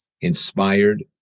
inspired